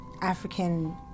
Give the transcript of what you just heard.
African